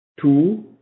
two